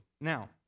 Now